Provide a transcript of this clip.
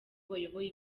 bayoboye